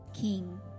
King